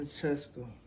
Francesco